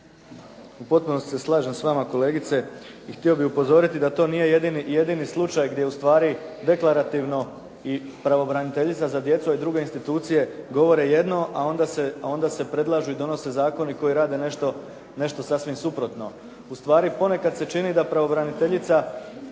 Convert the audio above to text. U potpunosti se slažem s vama, kolegice i htio bih upozoriti da to nije jedini slučaj gdje ustvari deklarativno i pravobraniteljica za djecu i druge institucije govore jedno, a onda se predlažu zakoni koji rade nešto sasvim suprotno. Ustvari ponekad se čini da pravobraniteljica,